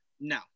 No